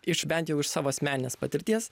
iš bent jau iš savo asmeninės patirties